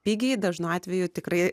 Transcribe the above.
pigiai dažnu atveju tikrai